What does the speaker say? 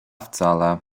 wcale